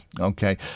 okay